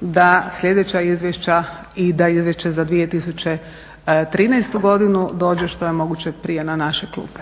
da sljedeća izvješća i da izvješće za 2013. godinu dođe što je moguće prije na naše klupe.